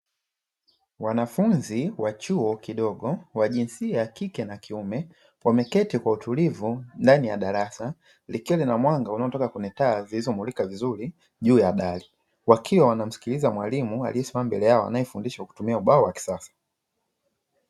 Wanafunzi wa chuo kidogo wa jinsia ya kike na kiume wameketi kwa utulivu ndani ya darasa, likiwa lina mwanga unaotoka kwenye taa inayomulika vizuri juu ya dari. Wakiwa wanamsikiliza vizuri mwalimu aliyesimama mbele yao anayefundisha kwa kutumia ubao wa kisasa.